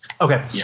okay